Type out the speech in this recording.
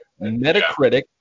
Metacritic